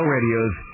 Radio's